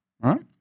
right